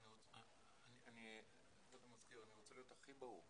אני רוצה להיות הכי ברור,